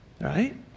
right